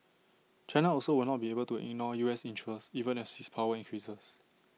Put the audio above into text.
China also will not be able to ignore U S interests even as its power increases